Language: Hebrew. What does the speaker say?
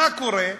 ומה קורה?